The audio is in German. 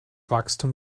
wachstum